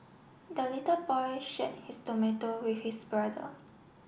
the little boy shared his tomato with his brother